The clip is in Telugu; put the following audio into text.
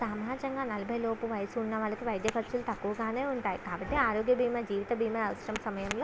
సహజంగా నలభైలోపు వయసు ఉన్న వాళ్ళకి వైద్య ఖర్చులు తక్కువగానే ఉంటాయి కాబట్టి ఆరోగ్య భీమా జీవిత భీమా అవసరం సమయంలో